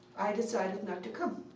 i decided not to come.